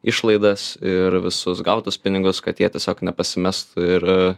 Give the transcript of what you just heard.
išlaidas ir visus gautus pinigus kad jie tiesiog nepasimestų ir